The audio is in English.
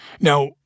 Now—